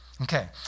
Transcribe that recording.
Okay